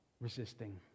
resisting